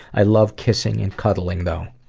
i love kissing and cuddling, though.